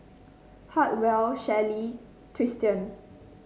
Hartwell Shelly Tristian